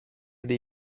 dei